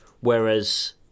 Whereas